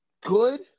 good